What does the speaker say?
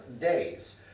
days